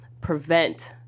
prevent